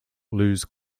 lose